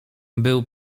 był